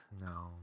No